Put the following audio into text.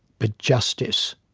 but justice.